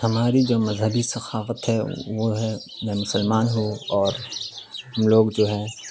ہماری جو مذہبی ثقافت ہے وہ ہے میں مسلمان ہوں اور ہم لوگ جو ہیں